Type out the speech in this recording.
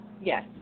Yes